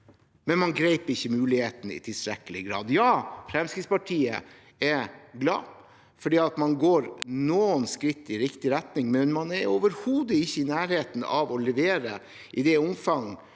men man grep ikke muligheten i tilstrekkelig grad. Ja, Fremskrittspartiet er glad for at man går noen skritt i riktig retning, men man er overhodet ikke i nærheten av å levere i det omfang